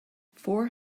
four